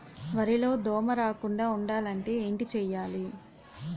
వరిలో దోమ రాకుండ ఉండాలంటే ఏంటి చేయాలి?